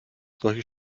solche